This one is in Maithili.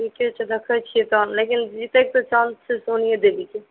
ठीके छै रखय छीयै तहन लेकिन जीतयके तऽ चान्स सोनियो देवीक